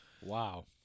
Wow